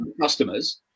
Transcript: customers